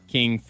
King